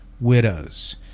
widows